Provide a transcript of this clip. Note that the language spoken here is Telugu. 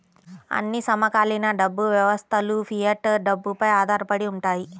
అన్ని సమకాలీన డబ్బు వ్యవస్థలుఫియట్ డబ్బుపై ఆధారపడి ఉంటాయి